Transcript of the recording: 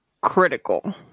Critical